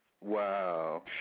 Wow